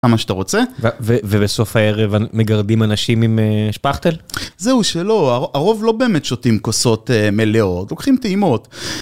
למה שאתה רוצה. ובסוף הערב מגרדים אנשים עם שפכטל? זהו שלא, הרוב לא באמת שותים כוסות מלאות, לוקחים טעימות.